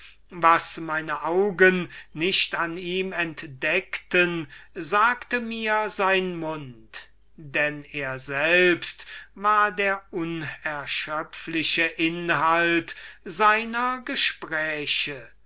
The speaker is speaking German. was meine augen nicht an ihm entdeckten das sagte mir sein mund denn er selbst war der unerschöpfliche inhalt seiner gespräche